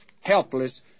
helpless